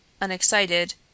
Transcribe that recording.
unexcited